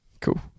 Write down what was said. cool